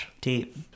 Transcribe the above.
Deep